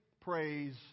praise